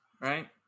right